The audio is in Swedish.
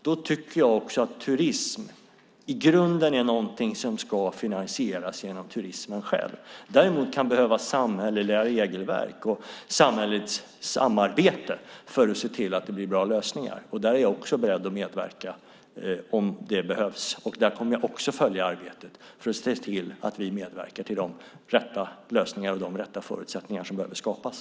Jag tycker att turism i grunden är något som ska finansieras genom turismen själv. Däremot kan det behövas samhälleliga regelverk och samhälleligt samarbete för att se till att det blir bra lösningar. Där är jag också beredd att medverka om det behövs, och där kommer jag också att följa arbetet för att se till att vi medverkar till de rätta lösningar och de rätta förutsättningar som behöver skapas.